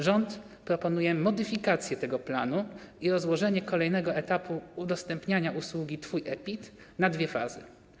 Rząd proponuje modyfikację tego planu i rozłożenie kolejnego etapu udostępniania usługi Twój e-PIT na dwie fazy.